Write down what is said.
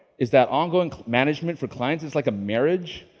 is that ongoing management for clients is like a marriage,